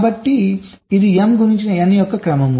కాబట్టి ఇది m గుణించిన n యొక్క క్రమం